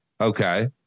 Okay